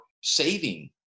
saving